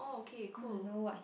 I want to know what he